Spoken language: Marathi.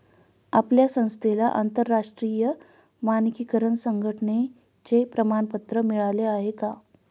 आपल्या संस्थेला आंतरराष्ट्रीय मानकीकरण संघटने चे प्रमाणपत्र मिळाले आहे का?